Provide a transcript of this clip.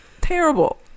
Terrible